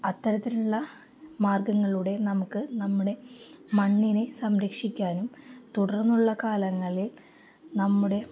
അത്തരത്തിലുള്ള മാർഗ്ഗങ്ങളിലൂടെ നമുക്ക് നമ്മുടെ മണ്ണിനെ സംരക്ഷിക്കാനും തുടർന്നുള്ള കാലങ്ങളിൽ നമ്മുടെ